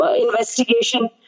investigation